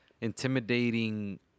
intimidating